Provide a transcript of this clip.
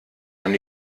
man